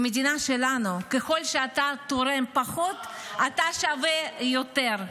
במדינה שלנו ככל שאתה תורם פחות אתה שווה יותר.